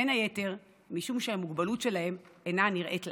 בין היתר משום שהמוגבלות שלהם אינה נראית לעין,